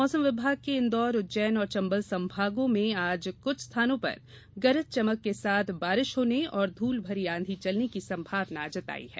मौसम विभाग के इंदौर उज्जैन और चंबल संभागों में आज कुछ स्थानों पर गरज चमक के साथ बारिश होने और धूल भरी आंधी चलने की संभावना जताई है